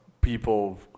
people